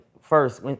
first